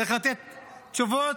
צריך לתת תשובות